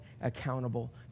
accountable